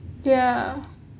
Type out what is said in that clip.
ya